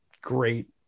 great